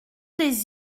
des